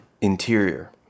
Interior